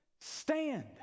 Stand